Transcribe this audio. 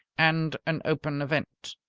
and an open event.